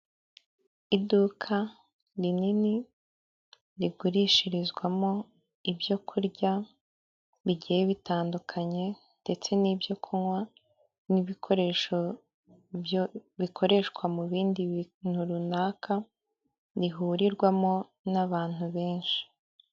Iduka rinini rigurishirizwamo ibyo kurya bigiye bitandukanye ndetse n'ibyo kunywa n'ibikoresho bikoreshwa mu bindi bintu runaka, bihurirwamo n'abantu benshi.